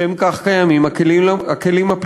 לשם כך קיימים הכלים הפליליים.